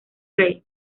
rey